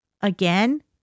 again